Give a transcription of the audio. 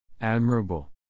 Admirable